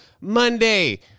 monday